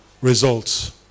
results